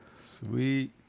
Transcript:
Sweet